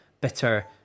bitter